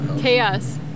Chaos